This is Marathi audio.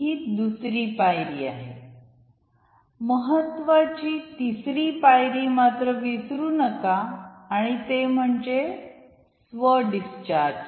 ही दुसरी पायरी आहे महत्वाची तिसरी पायरी मात्र विसरू नका आणि ते म्हणजे स्व डिस्चार्जची